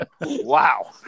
Wow